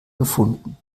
gefunden